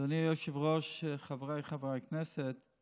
אדוני היושב-ראש, חבריי חברי הכנסת,